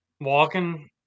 walking